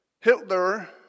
Hitler